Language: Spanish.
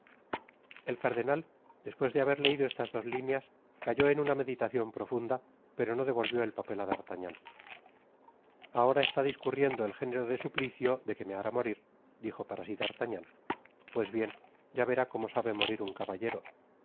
el cardenal despues de haber leido estas dos lineas cayó en una meditacion profunda pero no devolvió el papel á d'artagnan ahora está discurriendo el género de suplicio de que me hará morir dijo para si d'artagnan pues bien ya verá como sabe morir un caballero